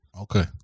Okay